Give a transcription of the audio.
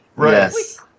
Yes